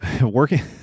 Working